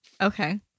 Okay